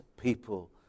people